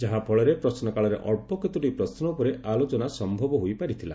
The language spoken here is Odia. ଯାହାଫଳରେ ପ୍ରଶ୍ନକାଳରେ ଅଳ୍ପ କେତୋଟି ପ୍ରଶ୍ନ ଉପରେ ଆଲୋଚନା ସ୍ୟବ ହୋଇପାରିଥିଲା